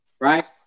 right